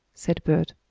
said bert.